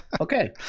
Okay